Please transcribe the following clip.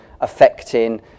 affecting